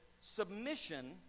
submission